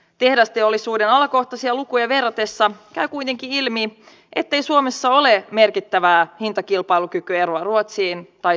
tehdasteollisuuden alakohtaisia lukuja verratessa käy kuitenkin ilmi ettei suomessa ole merkittävää hintakilpailukykyeroa ruotsiin tai saksaan